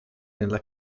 nella